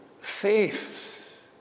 Faith